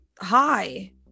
hi